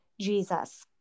Jesus